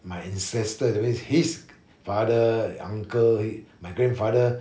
my ancestor that means his father uncle my grandfather